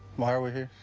why are we here?